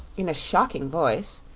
in a shocking voice,